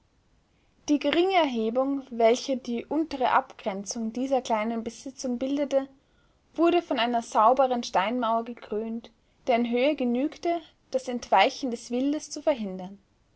die geringe erhebung welche die untere abgrenzung dieser kleinen besitzung bildete wurde von einer sauberen steinmauer gekrönt deren höhe genügte das entweichen des wildes zu verhindern